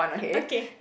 okay